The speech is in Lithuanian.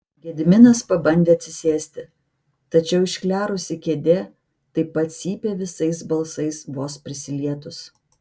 gediminas pabandė atsisėsti tačiau išklerusi kėdė taip pat cypė visais balsais vos prisilietus